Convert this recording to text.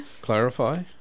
clarify